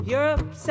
Europe